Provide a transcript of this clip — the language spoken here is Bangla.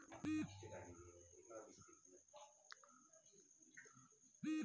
লেবু গাছে মিলিবাগ দমনে কী কী ব্যবস্থা নেওয়া হয়?